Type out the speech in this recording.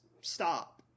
stop